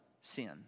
sin